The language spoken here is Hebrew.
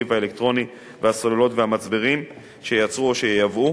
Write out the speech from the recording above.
והאלקטרוני והסוללות והמצברים שייצרו או שייבאו,